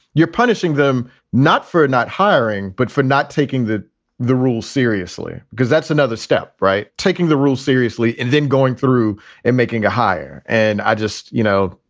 you're punishing them not for not hiring, but for not taking the rules rules seriously because that's another step, right? taking the rules seriously and then going through and making a hire. and i just you know,